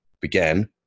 began